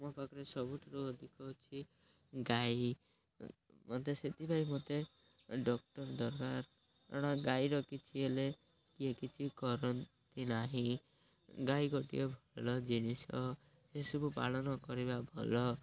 ମୋ ପାଖରେ ସବୁଠାରୁ ଅଧିକ ଅଛି ଗାଈ ମୋତେ ସେଥିପାଇଁ ମୋତେ ଡକ୍ଟର ଦରକାର କାରଣ ଗାଈର କିଛି ହେଲେ କିଏ କିଛି କରନ୍ତି ନାହିଁ ଗାଈ ଗୋଟିଏ ଭଲ ଜିନିଷ ସେସବୁ ପାଳନ କରିବା ଭଲ